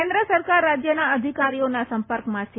કેન્દ્ર સરકાર રાજયના અધિકારીઓના સંપર્કમાં છે